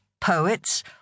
poets